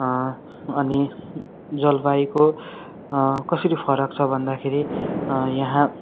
अनि जलवायुको कसरी फरक छ भन्दाखेरि यहाँ